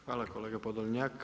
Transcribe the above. Hvala kolega Podolnjak.